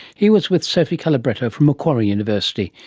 he was with sophie calabretto from macquarie university.